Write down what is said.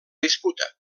disputa